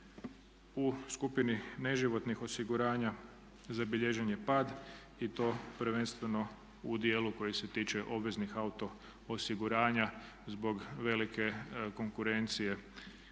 U skupini neživotnih osiguranja zabilježen je pad i to prvenstveno u dijelu koji se tiče obveznih auto osiguranja zbog velike konkurencije